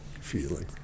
feeling